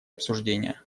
обсуждения